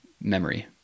memory